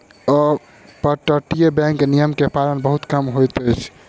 अपतटीय बैंक में नियम के पालन बहुत कम होइत अछि